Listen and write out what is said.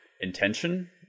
intention